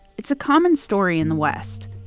it's a common story in the west,